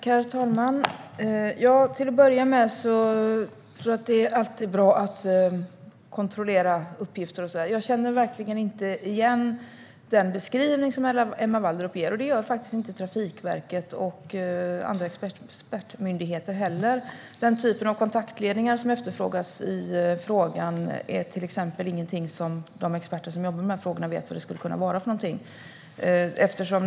Herr talman! Till att börja med tror jag att det alltid är bra att kontrollera uppgifter. Jag känner verkligen inte igen den beskrivning som Emma Wallrup ger, och det gör faktiskt inte Trafikverket och andra expertmyndigheter heller. Den typ av kontaktledningar som efterfrågas är till exempel ingenting som de experter som arbetar med de här frågorna känner till.